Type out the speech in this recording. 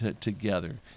together